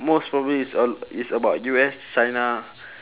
most probably it's ab~ it's about U_S china